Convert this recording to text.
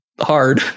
hard